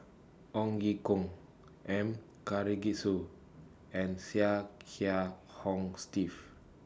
Ong Ye Kung M Karthigesu and Chia Kiah Hong Steve